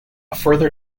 further